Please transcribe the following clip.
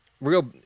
real